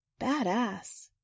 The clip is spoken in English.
badass